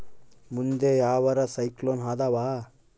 ಮುಂದೆ ಯಾವರ ಸೈಕ್ಲೋನ್ ಅದಾವ?